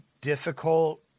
difficult